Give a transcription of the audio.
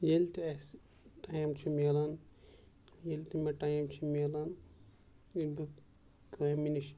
ییٚلہِ تہِ اَسہِ ٹایِم چھُ مِلان ییٚلہِ تہِ مےٚ ٹایِم چھُ مِلان ییٚلہٕ بہٕ کامہِ نِش